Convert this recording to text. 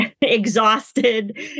Exhausted